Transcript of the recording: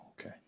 okay